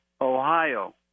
Ohio